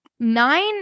Nine